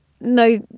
no